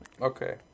Okay